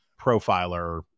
profiler